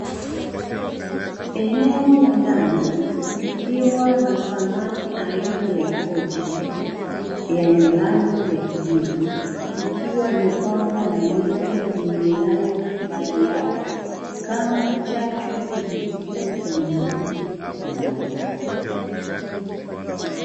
Eneo la ndani likiwa na samani aina ya kochi yenye rangi ya kijivu likiwa limepambwa na mito yenye rangi mbalimbali kama chachu ya kivutio cha mnunuzi mahali hapo.